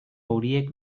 horiek